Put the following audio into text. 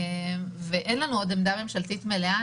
ועוד אין לנו עמדה ממשלתית מלאה.